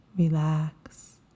Relax